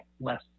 less